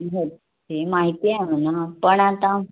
भरते माहिती आहे म्हणा पण आता